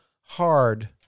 hard